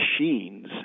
machines